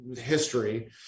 history